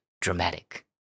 dramatic